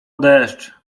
deszcz